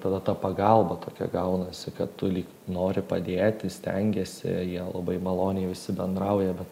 tada ta pagalba tokia gaunasi kad tu lyg nori padėti stengiesi jie labai maloniai visi bendrauja bet